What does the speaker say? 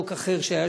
שמנפיקות